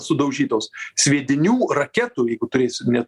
sudaužytos sviedinių raketų jeigu turėsi ne